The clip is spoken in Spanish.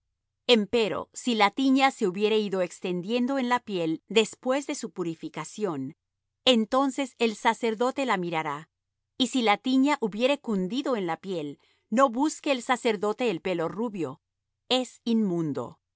limpio empero si la tiña se hubiere ido extendiendo en la piel después de su purificación entonces el sacerdote la mirará y si la tiña hubiere cundido en la piel no busque el sacerdote el pelo rubio es inmundo